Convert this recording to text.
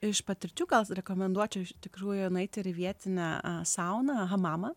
iš patirčių gal rekomenduočiau iš tikrųjų nueiti ir į vietinę sauną hamamą